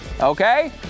okay